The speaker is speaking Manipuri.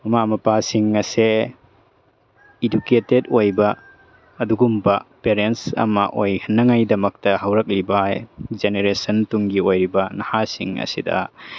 ꯃꯃꯥ ꯃꯄꯥꯁꯤꯡ ꯑꯁꯦ ꯏꯗꯨꯀꯦꯇꯦꯠ ꯑꯣꯏꯕ ꯑꯗꯨꯒꯨꯝꯕ ꯄꯦꯔꯦꯟꯁ ꯑꯃ ꯑꯣꯏꯍꯟꯅꯉꯥꯏꯒꯤꯗꯃꯛꯇ ꯍꯧꯔꯛꯂꯤꯕ ꯖꯦꯅꯦꯔꯦꯁꯟ ꯇꯨꯡꯒꯤ ꯑꯣꯏꯔꯤꯕ ꯅꯍꯥꯁꯤꯡ ꯑꯁꯤꯗ